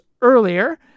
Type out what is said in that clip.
earlier